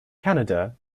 canada